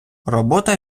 робота